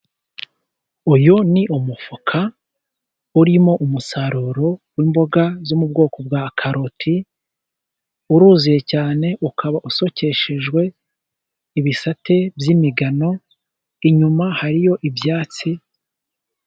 Uyu ni umufuka urimo umusaruro w'imboga zo mu bwoko bwa karoti, uruzuye cyane ukaba usokeshejwe ibisate by'imigano. Inyuma hariyo ibyatsi.